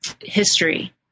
history